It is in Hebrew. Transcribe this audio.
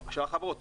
של החברות.